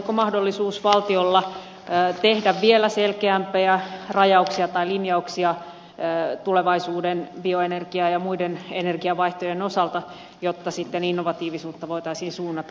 olisiko valtiolla mahdollisuus tehdä vielä selkeämpiä rajauksia tai linjauksia tulevaisuuden bioenergian ja muiden energiavaihtoehtojen osalta jotta innovatiivisuutta voitaisiin sitten suunnata paremmin